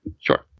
Sure